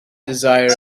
desire